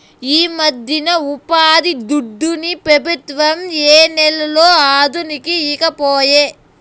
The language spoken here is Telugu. ఈమధ్యన ఉపాధిదుడ్డుని పెబుత్వం ఏలనో అదనుకి ఈకపాయే